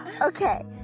Okay